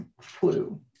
flu